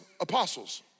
apostles